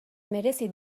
merezi